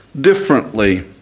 differently